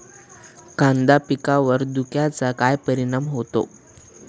कांदा पिकावर धुक्याचा काय परिणाम होतो?